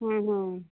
ਹੂੰ ਹੂੰ